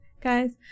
guys